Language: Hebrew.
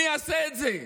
מי יעשה את זה?